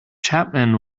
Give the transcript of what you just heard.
chapman